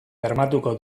bermatuko